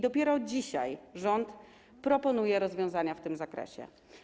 Dopiero dzisiaj rząd proponuje rozwiązania w tym zakresie.